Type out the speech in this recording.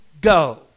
go